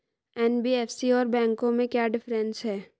NBFC और बैंकों में क्या डिफरेंस है?